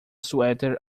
suéter